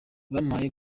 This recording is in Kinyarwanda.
bampaye